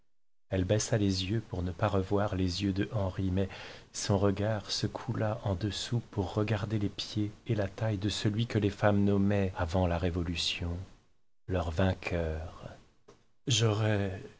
elle baissa les yeux pour ne pas revoir les yeux d'henri mais son regard se coula par en dessous pour regarder les pieds et la taille de celui que les femmes nommaient avant la révolution leur vainqueur